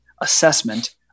assessment